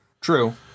true